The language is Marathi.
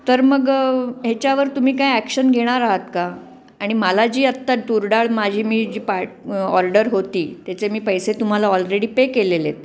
तर मग ह्याच्यावर तुम्ही काय ॲक्शन घेणार आहात का आणि मला जी आत्ता तुरडाळ माझी मी जी पार्ट ऑर्डर होती त्याचे मी पैसे तुम्हाला ऑलरेडी पे केलेले आहेत